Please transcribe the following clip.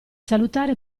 salutare